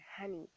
honey